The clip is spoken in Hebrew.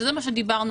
שזה נושא עליו דיברנו.